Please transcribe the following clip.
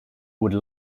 would